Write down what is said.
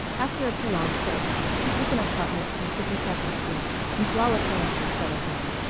after a prolonged search he took an apartment on fifty-second street and to all appearances settled down.